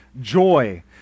joy